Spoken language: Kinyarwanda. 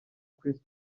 chris